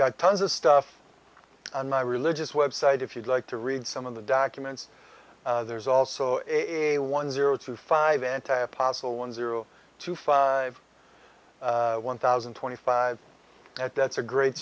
got tons of stuff on my religious website if you'd like to read some of the documents there's also a one zero two five anti apostle one zero two five one thousand and twenty five at that's a great